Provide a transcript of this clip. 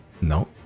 No